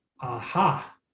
aha